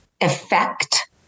effect